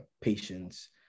patience